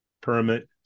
permit